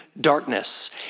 darkness